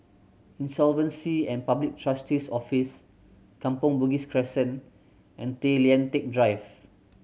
Insolvency and Public Trustee's Office Kampong Bugis Crescent and Tay Lian Teck Drive